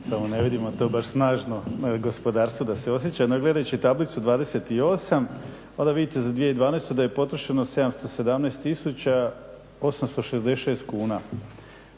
samo ne vidimo to baš snažno na gospodarstvu da se osjeća. No gledajući tablicu 28 onda vidite za 2012.da je potrošeno 717 tisuća